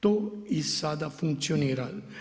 To i sada funkcionira.